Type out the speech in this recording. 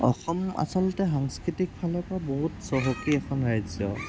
অসম আচলতে সাংস্কৃতিক ফালৰপৰা বহুত চহকী এখন ৰাজ্য